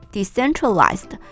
Decentralized